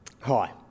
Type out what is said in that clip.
Hi